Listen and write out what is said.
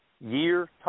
year